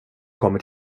kommer